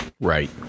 right